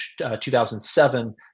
2007